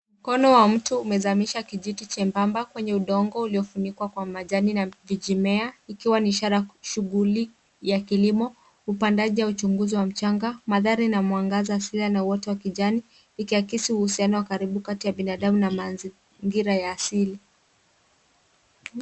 Mkono wa mtu umezamisha kijiti chembamba kwenye udongo uliofunikwa kwa majani, na vijimea, ikiwa ni ishara shughuli ya kilimo, upandaji au uchunguzi wa mchanga, mandhari ina mwanga asilia na uoto wa kijani, ikiakisi uhusiano wa karibu kati ya binadamu, na mazingira asili.